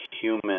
human